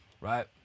right